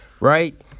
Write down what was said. right